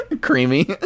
creamy